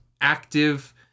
active